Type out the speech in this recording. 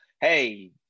hey